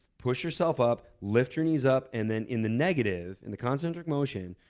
push yourself up, lift your knees up, and then in the negative, in the concentric motion,